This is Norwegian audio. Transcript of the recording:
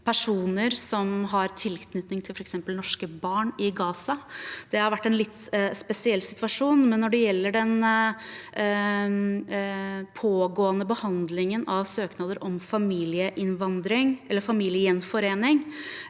personer som har tilknytning til f.eks. norske barn i Gaza. Det har vært en spesiell situasjon, men når det gjelder den pågående behandlingen av søknader om familiegjenforening,